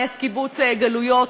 נס קיבוץ גלויות,